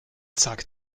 zack